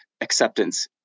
acceptance